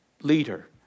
leader